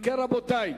אם כן, רבותי,